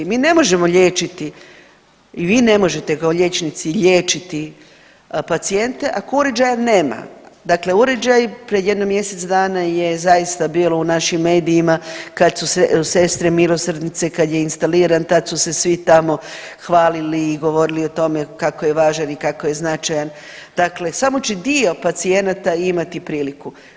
Mi ne možemo liječiti i vi ne možete kao liječnici liječiti pacijente ako uređaja nema, dakle uređaji pred jedno mjesec dana je zaista bilo u našim medijima kad su se „Sestre milosrdnice“ kad je instaliran tad su se svi tamo hvalili i govorili o tome kako je važan i kako je značajan, dakle samo će dio pacijenata imati priliku.